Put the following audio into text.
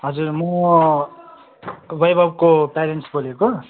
हजुर म वैभवको प्यारेन्ट्स बोलेको